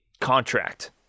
contract